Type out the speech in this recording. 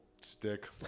stick